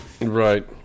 Right